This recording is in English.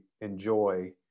enjoy